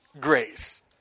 grace